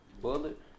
bullet